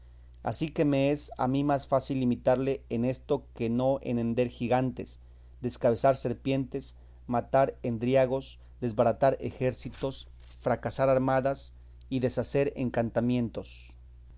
ansí que me es a mí más fácil imitarle en esto que no en hender gigantes descabezar serpientes matar endriagos desbaratar ejércitos fracasar armadas y deshacer encantamentos